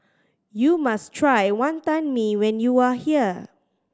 you must try Wantan Mee when you are here